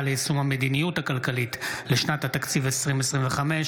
ליישום המדיניות הכלכלית לשנת התקציב 2025),